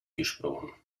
gesprochen